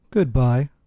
Goodbye